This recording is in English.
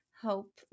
hope